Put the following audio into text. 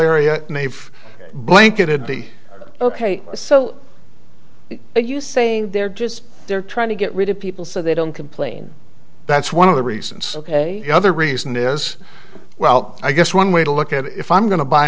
they've blanketed the ok so you saying they're just they're trying to get rid of people so they don't complain that's one of the reasons ok another reason is well i guess one way to look at it if i'm going to buy